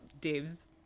Dave's